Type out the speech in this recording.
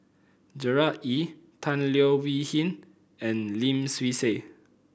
Gerard Ee Tan Leo Wee Hin and Lim Swee Say